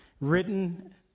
written